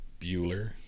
bueller